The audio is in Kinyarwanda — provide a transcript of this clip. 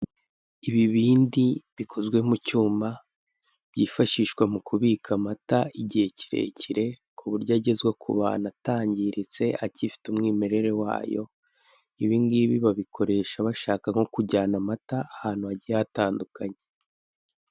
Ibibindi bikozwe mu cyuma byifashishwa mu kubika amata igihe kirekire, ku buryo agezwa ku bantu atangiritse agifite umwimerere wayo; ibingibi babikoresha bashaka nko kujyana amata ahantu hagiye hatandukanye.